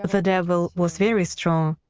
the devil was very strong.